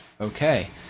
okay